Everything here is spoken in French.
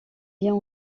vient